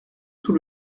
sous